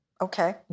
Okay